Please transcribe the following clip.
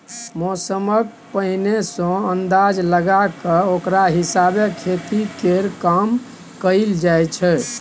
मौसमक पहिने सँ अंदाज लगा कय ओकरा हिसाबे खेती केर काम कएल जाइ छै